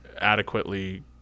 adequately